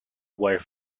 were